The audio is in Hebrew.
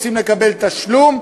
רוצים לקבל תשלום,